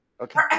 okay